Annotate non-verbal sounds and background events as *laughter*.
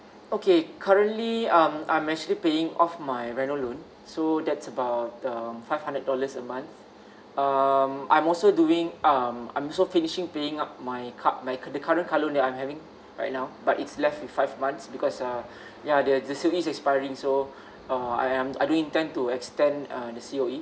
okay currently um I'm actually paying off my reno loan so that's about um five hundred dollars a month um I'm also doing um I'm also finishing paying up my car my cu~ current car loan that I having right now but it's left with five months because uh *breath* ya their the C_O_E is expiring so uh I am I do intend to extend uh the C_O_E